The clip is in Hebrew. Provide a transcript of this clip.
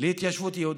להתיישבות יהודית.